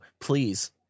please